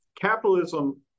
capitalism